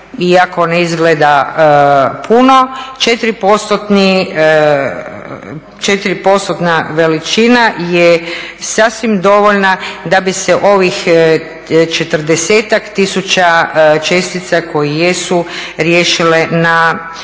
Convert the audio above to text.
iako ne izgleda puno, 4%-tna veličina je sasvim dovoljna da bi se ovih četrdesetak tisuća čestica koje jesu riješile na